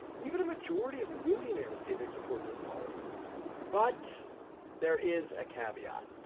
even a majority of millionaires say they support this policy but there is a caveat.